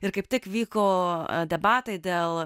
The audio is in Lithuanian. ir kaip tik vyko debatai dėl